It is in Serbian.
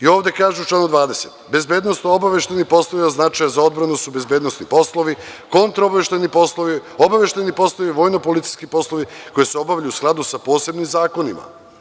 Ovde kaže u članu 20. – bezbednosno obaveštajni poslovi od značaja za odbranu su bezbednosni poslovi, kontraobaveštajni poslovi, obaveštajni poslovi, vojnopolicijski poslovi koji se obavljaju u skladu sa posebnim zakonima.